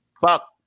fuck